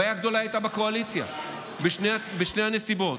הבעיה הגדולה הייתה בקואליציה בשתי הנסיבות.